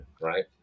right